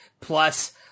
plus